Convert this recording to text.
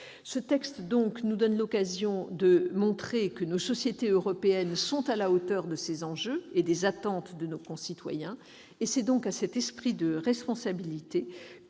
Ce texte nous donne l'occasion de montrer que nos sociétés européennes sont à la hauteur de ces enjeux et des attentes de nos concitoyens. C'est à cet esprit de responsabilité,